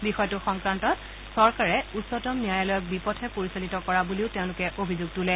বিষয়টো সংক্ৰান্তত চৰকাৰে উচ্চতম ন্যায়ালয়ক বিপথে পৰিচালিত কৰা বুলিও তেওঁলোকে অভিযোগ তোলে